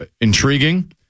intriguing